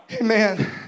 Amen